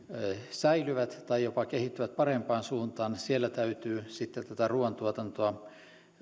säilyvät tai jopa kehittyvät parempaan suuntaan täytyy sitten tätä ruuantuotantoa